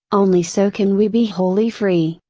only so can we be wholly free.